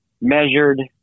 measured